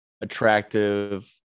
attractive